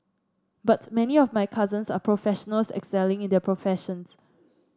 but many of my cousins are professionals excelling in their professions